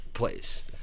Place